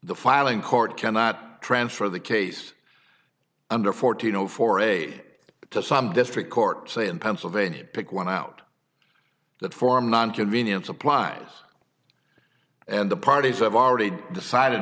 the filing court cannot transfer the case under fourteen zero for aid to some district court say in pennsylvania pick one out that form none convenience applies and the parties have already decided